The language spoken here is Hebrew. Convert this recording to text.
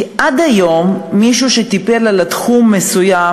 כי עד היום מי שטיפל בתחום מסוים,